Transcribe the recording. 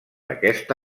aquesta